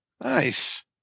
Nice